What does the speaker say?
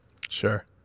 Sure